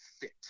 fit